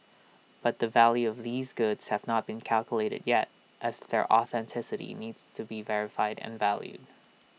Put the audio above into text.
but the value of these goods have not been calculated yet as their authenticity need to be verified and valued